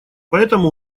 поэтому